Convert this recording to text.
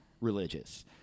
religious